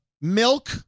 Milk